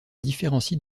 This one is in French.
différencie